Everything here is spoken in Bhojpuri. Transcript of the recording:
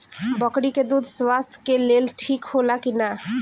बकरी के दूध स्वास्थ्य के लेल ठीक होला कि ना?